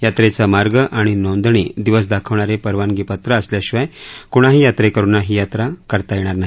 यात्रेचा मार्ग आणि नोंदणी दिवस दाखवणारे परवानगी पञ असल्याशिवाय कुणाही यात्रेकरूंना हि यात्रा करता येणार नाही